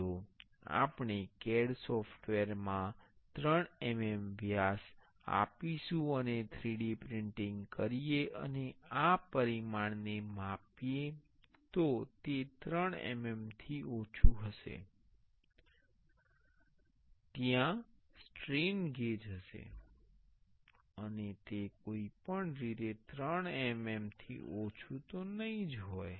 જો આપણે CAD software માં 3 mm વ્યાસ આપીશું અને 3D પ્રિન્ટિંગ કરીએ અને આ પરિમાણને માપ્યા પછી તે 3 mmથી ઓછું હશે ત્યાં સ્ટ્રેન ગેજ હશે અને તે કોઈપણ રીતે 3 mm થી ઓછું હશે